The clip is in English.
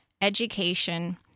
education